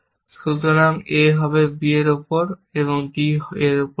সুতরাং a হবে b এর উপর এবং d এর উপর হবে